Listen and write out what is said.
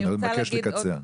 אני מבקש לקצר.